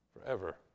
forever